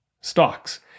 stocks